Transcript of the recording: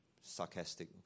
sarcastic